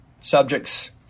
subjects